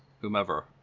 whomever